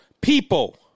people